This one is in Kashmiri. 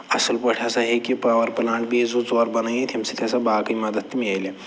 اَصٕل پٲٹھۍ ہسا ہیٚکہِ پاوَر پٕلانٛٹ بیٚیہِ زٕ ژور بنٲیِتھ ییٚمہِ سۭتۍ ہسا باقٕے مدد تہِ مِلہِ